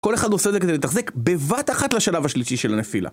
כל אחד עושה את זה כדי לתחזק בבת אחת לשלב השלישי של הנפילה.